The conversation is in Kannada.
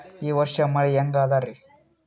ಈ ವರ್ಷ ಮಳಿ ಹೆಂಗ ಅದಾರಿ?